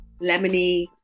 lemony